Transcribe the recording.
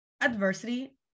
Adversity